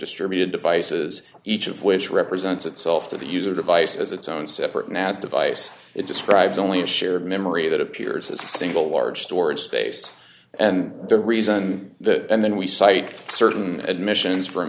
distributed devices each of which represents itself to the user device as its own separate naz device it describes only a shared memory that appears as a single large storage space and the reason that and then we cite certain admissions f